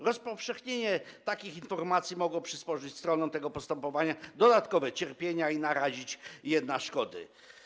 Rozpowszechnienie takich informacji mogło przysporzyć stronom tego postępowania dodatkowych cierpień i narazić je na szkody.